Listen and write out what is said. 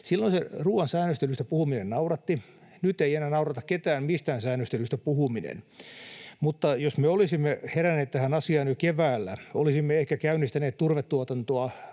Silloin se ruoan säännöstelystä puhuminen nauratti. Nyt ei ketään enää naurata mistään säännöstelystä puhuminen, mutta jos me olisimme heränneet tähän asiaan jo keväällä, olisimme ehkä käynnistäneet turvetuotantoa